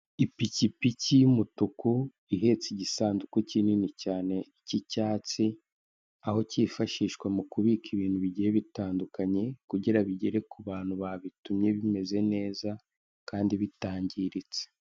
Ipikipiki y'umutuku ihetse igisanduku kinini cyane cy'icyatsi, aho kifashishwa mu kubika ibintu bigiye bitandukanye. Kugira bigere ku bantu babitumye, bimeze neza kandi bitangiritse.